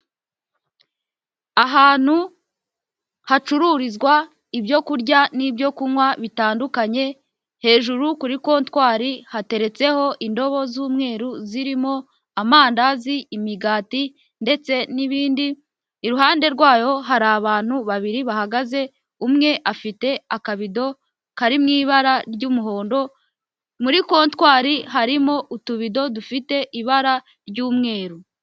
Ahantu hacururizwa ibyo kurya n'ibyo kunywa bitandukanye, hejuru kuri kontwari hateretseho indobo z'umweru zirimo amandazi, imigati ndetse n'ibindi, iruhande rwayo hari abantu babiri bahagaze, umwe afite akabido kari mu ibara ry'umuhondo, muri kontwari harimo utubido dufite ibara ry'umweru.